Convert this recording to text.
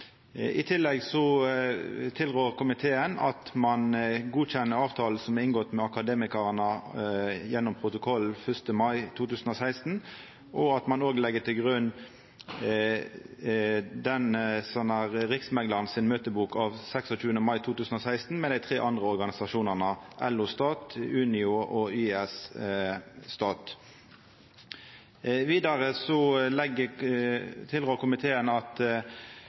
I tillegg tilrår komiteen at ein godkjenner avtalen som er inngått med Akademikerne gjennom protokoll av 1. mai 2016, og at ein òg legg til grunn avtalen i Riksmeklaren si møtebok av 26. mai 2016 med dei tre andre organisasjonane, LO Stat, Unio og YS Stat. Vidare tilrår komiteen at